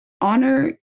honor